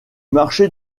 marché